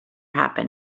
happen